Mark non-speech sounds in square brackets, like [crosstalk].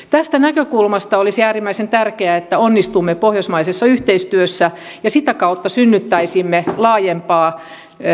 [unintelligible] tästä näkökulmasta olisi äärimmäisen tärkeää että onnistumme pohjoismaisessa yhteistyössä ja sitä kautta synnyttäisimme laajempaa